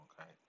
Okay